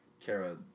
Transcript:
Kara